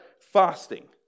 fasting